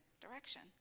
direction